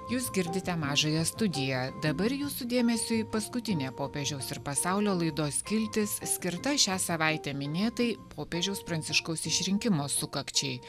jūs girdite mažąją studiją dabar jūsų dėmesiui paskutinė popiežiaus ir pasaulio laidos skiltis skirta šią savaitę minėtai popiežiaus pranciškaus išrinkimo sukakčiai